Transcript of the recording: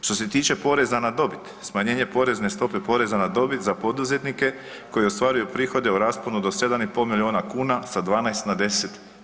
Što se tiče poreza na dobit, smanjenje porezne stope poreza na dobit za poduzetnike koji ostvaruju prihode u rasponu do 7,5 milijuna kuna sa 12 na 10%